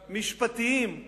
משפטיים,